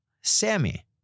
Sammy